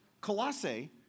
Colossae